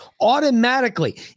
automatically